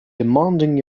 demanding